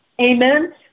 Amen